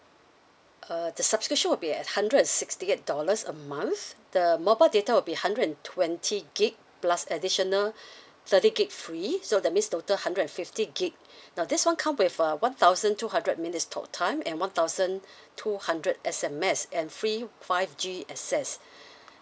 uh the subscription would be at hundred and sixty eight dollars a month the mobile data will be hundred and twenty gig plus additional thirty gig free so that means total hundred and fifty gig now this one come with a one thousand two hundred minutes talk time and one thousand two hundred S_M_S and free five G access